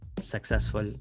successful